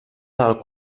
del